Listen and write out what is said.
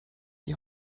die